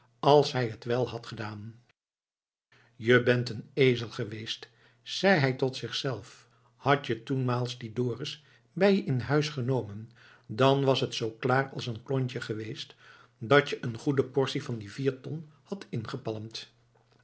als hij het wel had gedaan je bent een ezel geweest zij hij tot zichzelf had je toenmaals dien dorus bij je in huis genomen dan was t zoo klaar als een klontje geweest dat je een goede portie van die vier ton hadt ingepalmd